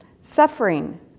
suffering